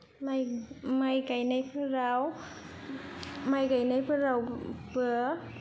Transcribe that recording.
माइ माइ गायनायफोराव माइ गायनायफोरावबो